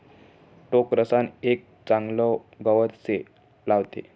टोकरसान एक चागलं गवत से लावले